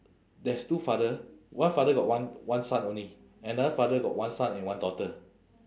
there's two father one father got one one son only another father got one son and one daughter